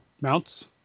mounts